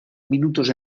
minutos